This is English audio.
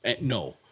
no